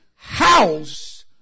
House